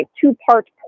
two-part